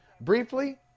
briefly